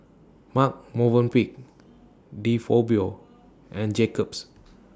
Marche Movenpick De Fabio and Jacob's